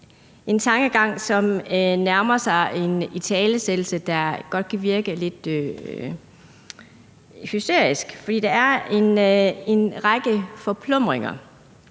en tankegang, som nærmer sig en italesættelse, der godt kan virke lidt hysterisk, for der er en række forplumringer.